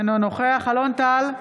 אינו נוכח אלון טל,